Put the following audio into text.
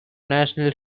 national